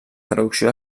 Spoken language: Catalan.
traducció